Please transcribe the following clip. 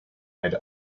had